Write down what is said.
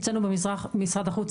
אצלנו במשרד החוף,